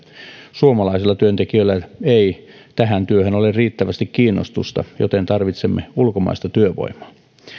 suomalaisilla työntekijöillä ei tähän työhön ole riittävästi kiinnostusta joten tarvitsemme ulkomaista työvoimaa